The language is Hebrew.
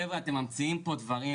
חברה אתם ממציאים פה דברים,